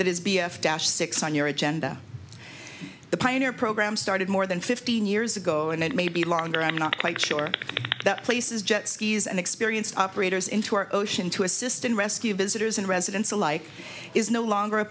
that is b f dash six on your agenda the pioneer program started more than fifteen years ago and it may be longer i'm not quite sure that place is jet skis and experienced operators into our ocean to assist and rescue visitors and residents alike is no longer a